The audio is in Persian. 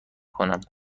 کنم